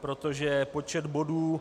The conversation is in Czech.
Protože počet bodů